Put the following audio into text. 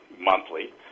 Monthly